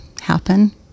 happen